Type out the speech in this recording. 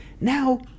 now